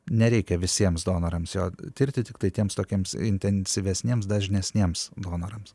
nereikia visiems donorams jo tirti tiktai tiems tokiems intensyvesniems dažnesniems donorams